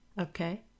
Okay